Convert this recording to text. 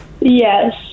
Yes